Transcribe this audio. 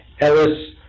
Ellis